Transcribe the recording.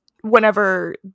whenever